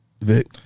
Vic